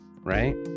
Right